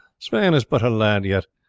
sweyn is but a lad yet.